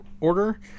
order